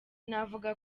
novuga